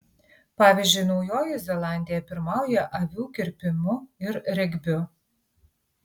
pavyzdžiui naujoji zelandija pirmauja avių kirpimu ir regbiu